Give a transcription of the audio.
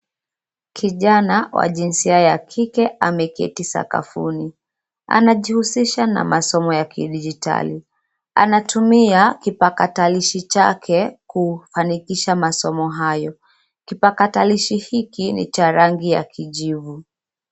Kijana wa jinsia wa kike ameketi sakafuni. Anajihusisha na masomo ya kidijitali. Anatumia kipakatalishi chake kufanikisha masomo hayo. Kipakatalishi hiki ni cha rangi ya kijivu.